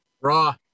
Raw